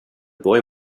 boy